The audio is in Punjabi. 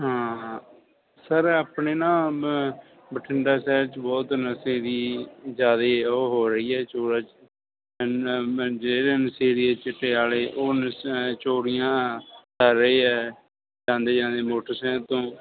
ਸਰ ਆਪਣੇ ਨਾ ਮ ਬਠਿੰਡਾ ਸ਼ਹਿਰ 'ਚ ਬਹੁਤ ਨਸ਼ੇ ਦੀ ਜ਼ਿਆਦਾ ਉਹ ਹੋ ਰਹੀ ਹੈ ਛੁਆ ਜਿਹੜੇ ਨਸ਼ੇੜੀ ਚਿੱਟੇ ਵਾਲੇ ਉਹ ਨਸ਼ਾ ਚੋਰੀਆਂ ਕਰ ਰਹੇ ਆ ਜਾਂਦੇ ਜਾਂਦੇ ਮੋਟਰਸਾਇਕਲ ਤੋਂ